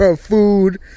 Food